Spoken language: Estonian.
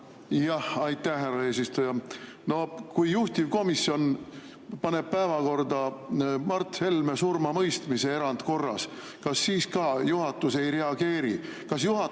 Aitäh, härra eesistuja! Kui juhtivkomisjon paneb päevakorda Mart Helme surmamõistmise erandkorras, kas siis ka juhatus ei reageeri?